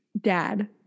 Dad